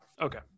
Okay